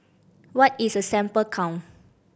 what is a sample count